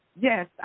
Yes